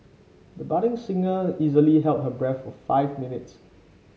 the budding singer easily held her breath for five minutes